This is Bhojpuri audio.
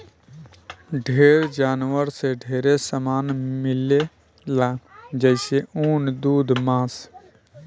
ढेर जानवर से ढेरे सामान मिलेला जइसे ऊन, दूध मांस